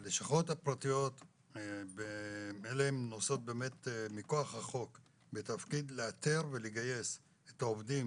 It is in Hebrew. הלשכות הפרטיות נושאות מכוח החוק בתפקיד לאתר ולגייס את העובדים